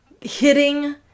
hitting